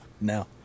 No